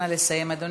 נא לסיים, אדוני.